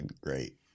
great